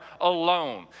alone